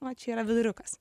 va čia yra viduriukas